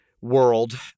world